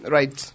Right